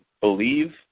believe